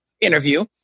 interview